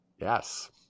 yes